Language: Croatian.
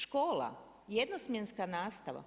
Škola, jednosmjenska nastava.